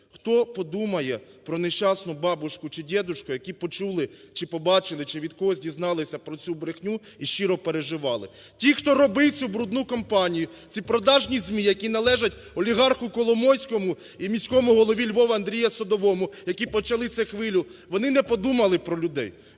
Хто подумає про нещасну бабушку чи дєдушку, які почули чи побачили, чи від когось дізналися про цю брехню і щиро переживали. Ті, хто робив цю брудну кампанію, ці продажні змії, які належить олігарху Коломойському і міському голові Львова Андрію Садовому, які почали цю хвилю, вони не подумали про людей.